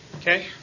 Okay